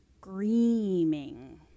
screaming